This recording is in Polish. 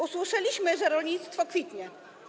Usłyszeliśmy, że rolnictwo kwitnie.